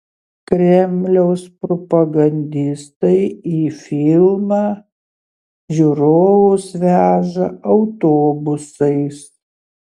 kremliaus propagandistai į filmą žiūrovus veža autobusais